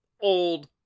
old